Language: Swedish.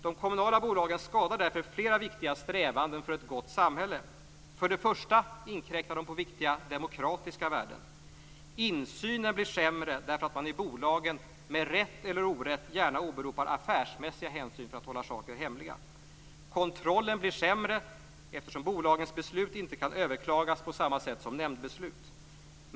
De kommunala bolagen skadar därför flera viktiga strävanden för ett gott samhälle. För det första inkräktar de på viktiga demokratiska värden. Insynen blir sämre därför att man i bolagen - med rätt eller orätt - gärna åberopar affärsmässiga hänsyn för att hålla saker hemliga. Kontrollen blir sämre, eftersom bolagens beslut inte kan överklagas på samma sätt som nämndbeslut.